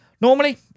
normally